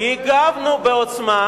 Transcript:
הם התחילו, הגבנו בעוצמה,